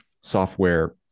software